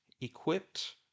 equipped